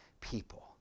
people